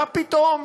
מה פתאום.